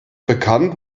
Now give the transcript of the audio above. bekannt